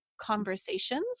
conversations